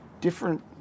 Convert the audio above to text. different